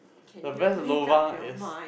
the best lobang is